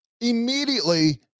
immediately